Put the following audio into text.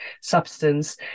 substance